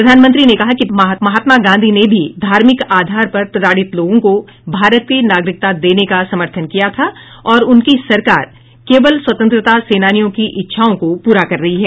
प्रधानमंत्री ने कहा कि महात्मा गांधी ने भी धार्मिक आधार पर प्रताडित लोगों को भारत की नागरिकता देने का समर्थन किया था और उनकी सरकार केवल स्वतंत्रता सेनानियों की इच्छाओं को पूरा कर रही है